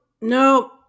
no